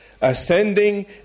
ascending